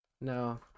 No